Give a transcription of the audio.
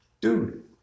Dude